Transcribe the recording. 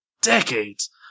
decades